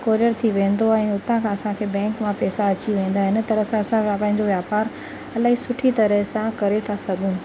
courier थी वेंदो ऐं हुतां खां असांखे बैंक मां पेसा अची वेंदा हिन तरह सां असां प पंहिंजो वापार इलाही सुठी तरह सां करे था सघूं